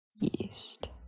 yeast